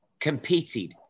competed